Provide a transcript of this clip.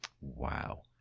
Wow